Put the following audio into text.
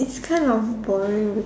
it's kind of boring